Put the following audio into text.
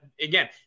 again